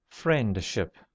Friendship